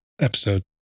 episode